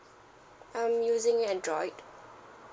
I'm using android